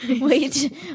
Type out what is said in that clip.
Wait